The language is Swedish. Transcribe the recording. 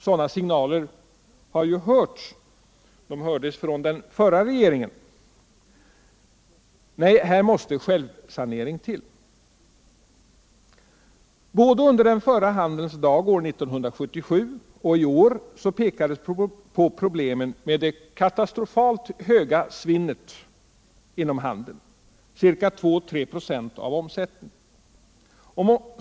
Sådana signaler har ju hörts tidigare — de hördes från den förra regeringen. Nej, här måste självsanering till! Både under den förra Handelns dag, år 1977, och i år pekades på problemen med det katastrofalt höga svinnet inom handeln — 2-3 96 av omsättningen.